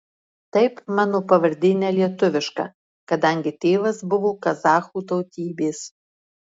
taip mano pavardė ne lietuviška kadangi tėvas buvo kazachų tautybės